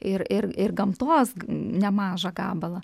ir ir ir gamtos nemažą gabalą